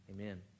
amen